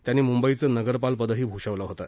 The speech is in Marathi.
त्यांनी मुंबईचं नगरपाल पदही भूषवलं होतं